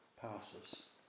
passes